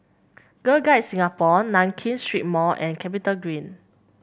Girl Guides Singapore Nankin Street Mall and CapitaGreen